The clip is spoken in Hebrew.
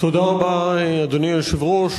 תודה רבה, אדוני היושב-ראש.